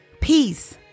Peace